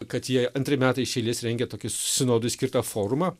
kad jie antri metai iš eilės rengia tokį sinodui skirtą forumą